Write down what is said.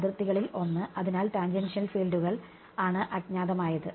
അതിർത്തികളിൽ ഒന്ന് അതിനാൽ ടാൻജെൻഷ്യൽ ഫീൽഡുകൾ ആണ് അജ്ഞാതമായത്